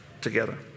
together